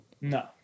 No